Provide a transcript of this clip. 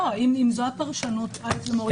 אם זאת הפרשנות, בסדר.